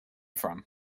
from